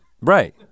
Right